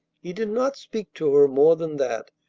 he did not speak to her more than that,